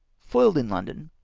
foiled in london,